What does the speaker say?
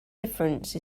difference